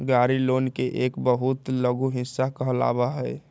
गाड़ी लोन के एक बहुत लघु हिस्सा कहलावा हई